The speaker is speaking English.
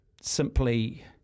simply